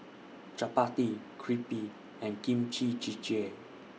Chapati Crepe and Kimchi Jjigae